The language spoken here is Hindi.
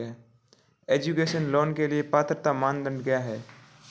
एजुकेशन लोंन के लिए पात्रता मानदंड क्या है?